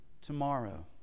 tomorrow